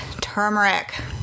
turmeric